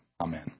amen